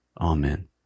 amen